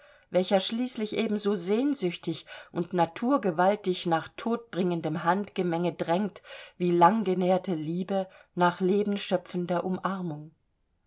welcher schließlich ebenso sehnsüchtig und naturgewaltig nach todbringendem handgemenge drängt wie lang genährte liebe nach lebenschöpfender umarmung